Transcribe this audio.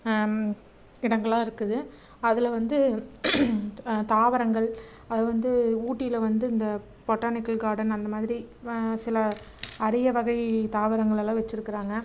இடங்களாக இருக்குது அதில் வந்து தாவரங்கள் அதை வந்து ஊட்டியில் வந்து இந்த பொட்டானிக்கல் காடர்ன் அந்த மாதிரி வ சில அரிய வகை தாவரங்கலெலாம் வெச்சு இருக்கிறாங்க